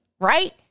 right